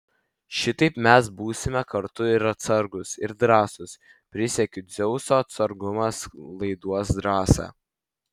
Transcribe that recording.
šitaip mes būsime kartu ir atsargūs ir drąsūs prisiekiu dzeusu atsargumas laiduos drąsą